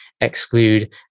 exclude